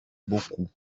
beaucoup